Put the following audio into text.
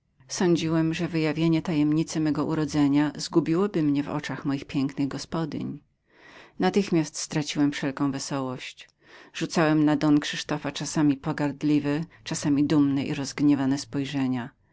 sądziłem że wyjawienie tajemnicy mego urodzenia zgubiłoby mnie w przekonaniu moich pięknych gospodyń natychmiast postradałem wszelką wesołość rzucałem na don krzysztofa czasami pogardliwe czasami dumne i rozgniewane spojrzenia